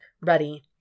ready